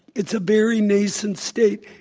it's a very nascent state.